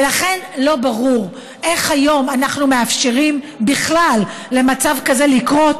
ולכן לא ברור איך היום אנחנו מאפשרים בכלל למצב כזה לקרות,